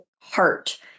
heart